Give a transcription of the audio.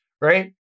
Right